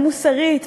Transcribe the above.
גם מוסרית,